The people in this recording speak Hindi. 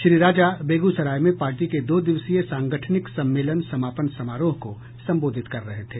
श्री राजा बेगूसराय में पार्टी के दो दिवसीय सांगठनिक सम्मेलन समापन समारोह को संबोधित कर रहे थे